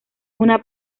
una